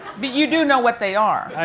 but you do know what they are?